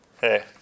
Hey